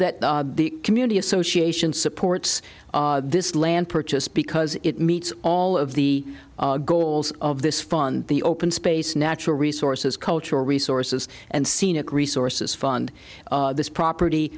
that the community association supports this land purchase because it meets all of the goals of this fund the open space natural resources cultural resources and scenic resources fund this property